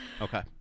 Okay